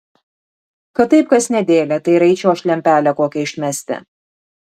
kad taip kas nedėlią tai ir aš eičiau lempelę kokią išmesti